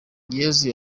yezu